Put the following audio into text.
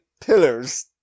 pillars